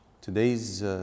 Today's